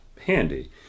handy